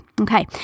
okay